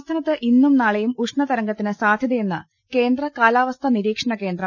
സംസ്ഥാനത്ത് ഇന്നും നാളെയും ഉഷ്ണതരംഗത്തിന് സാധൃ തയെന്ന് കേന്ദ്രകാലാവസ്ഥാ നിരീക്ഷണകേന്ദ്രം